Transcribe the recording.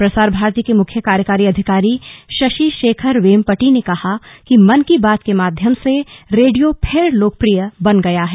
प्रसार भारती के मुख्य कार्यकारी अधिकारी शशि शेखर वेमपटि ने कहा कि मन की बात के माध्यम से रेडियो फिर लोकप्रिय बन गया है